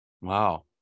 Wow